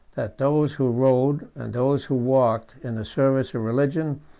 that those who rode, and those who walked, in the service of religion,